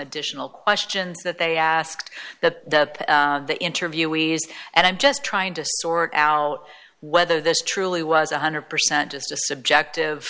additional questions that they asked that the interviewees and i'm just trying to sort out whether this truly was one hundred percent just a subjective